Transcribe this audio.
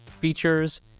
features